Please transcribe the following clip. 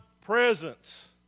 presence